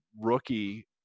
rookie